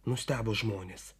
nustebo žmonės